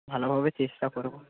ভালোভাবে চেষ্টা করব